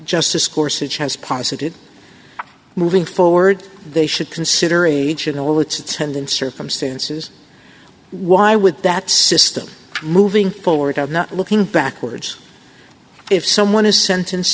justice course which has posited moving forward they should consider each and all its hand in circumstances why would that system moving forward i'm not looking backwards if someone is sentence